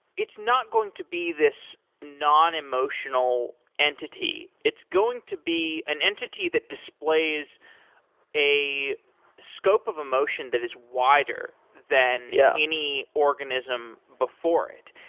it's not going to be this non-emotional entity. it's going to be an entity that displays a scope of emotion that is wider than yeah any organism before it.